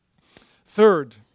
Third